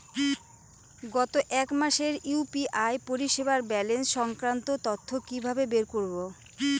গত এক মাসের ইউ.পি.আই পরিষেবার ব্যালান্স সংক্রান্ত তথ্য কি কিভাবে বের করব?